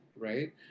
right